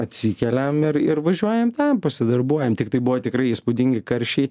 atsikeliam ir ir važiuojam ten pasidarbuojam tiktai buvo tikrai įspūdingi karščiai